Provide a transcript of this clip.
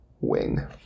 wing